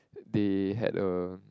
they had a